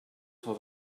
cent